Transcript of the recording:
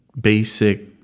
basic